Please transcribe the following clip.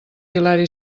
hilari